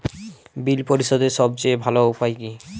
বিল পরিশোধের সবচেয়ে ভালো উপায় কী?